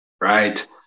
right